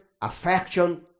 affection